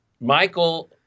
Michael